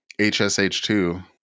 HSH2